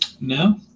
No